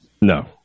No